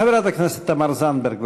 חברת הכנסת תמר זנדברג,